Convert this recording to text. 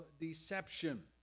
deception